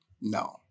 No